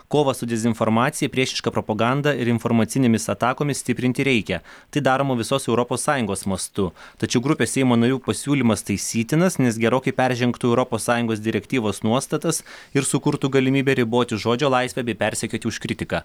kovą su dezinformacija priešiška propaganda ir informacinėmis atakomis stiprinti reikia tai daroma visos europos sąjungos mastu tačiau grupės seimo narių pasiūlymas taisytinas nes gerokai peržengtų europos sąjungos direktyvos nuostatas ir sukurtų galimybę riboti žodžio laisvę bei persekioti už kritiką